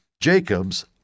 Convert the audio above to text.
Jacobs